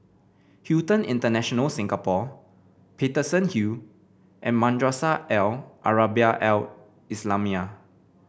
Hilton International Singapore Paterson Hill and Madrasah Al Arabiah Al Islamiah